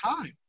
time